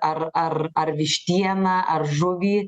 ar ar ar vištieną ar žuvį